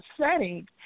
setting